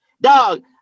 dog